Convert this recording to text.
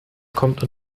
kommt